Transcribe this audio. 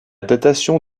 datation